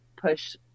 push